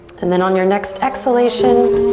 and then on your next exhalation,